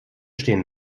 stehen